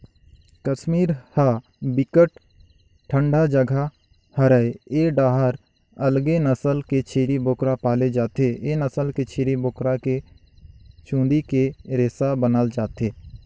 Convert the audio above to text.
कस्मीर ह बिकट ठंडा जघा हरय ए डाहर अलगे नसल के छेरी बोकरा पाले जाथे, ए नसल के छेरी बोकरा के चूंदी के रेसा बनाल जाथे